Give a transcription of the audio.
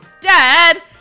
Dad